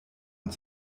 und